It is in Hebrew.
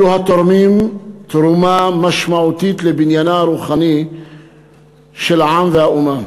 אלו התורמים תרומה משמעותית לבניין הרוחני של העם והאומה.